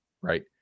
right